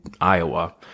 Iowa